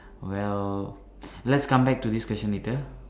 well let's come back to this question later